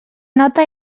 nota